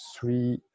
three